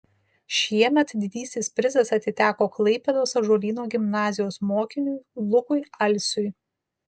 šiemet didysis prizas atiteko klaipėdos ąžuolyno gimnazijos mokiniui lukui alsiui